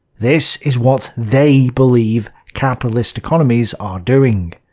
this is what they believe capitalist economies are doing.